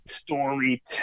story